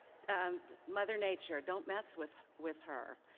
and mother nature, don't mess with with her.